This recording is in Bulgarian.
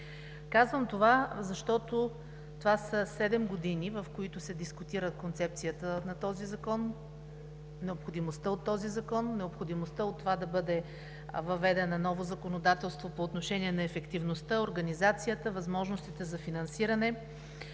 Казвам това, защото това са седем години, в които се дискутира концепцията на този закон, необходимостта от него, необходимостта от това да бъде въведено ново законодателство по отношение на ефективността, организацията, възможностите за финансиране.